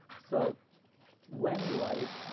so when light